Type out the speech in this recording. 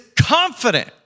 confident